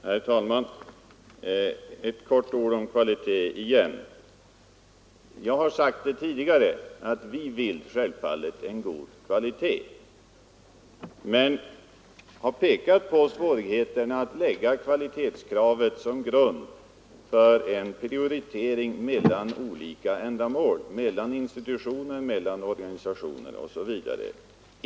Herr talman! Några ord om kvalitet igen. Jag har tidigare sagt att vi självfallet vill ha god kvalitet. Men jag har också pekat på svårigheterna att lägga kvalitetskravet som grund för en prioritering mellan olika ändamål, mellan institutioner och organisationer osv.